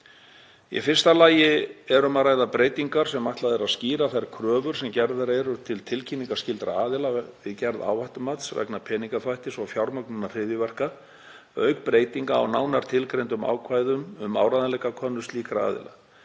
Í fyrsta lagi er um að ræða breytingar sem ætlað er að skýra þær kröfur sem gerðar eru til tilkynningarskyldra aðila við gerð áhættumats vegna peningaþvættis og fjármögnunar hryðjuverka auk breytinga á nánar tilgreindum ákvæðum um áreiðanleikakönnun slíkra aðila.